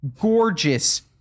gorgeous